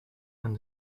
and